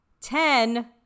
Ten